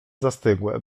zastygłe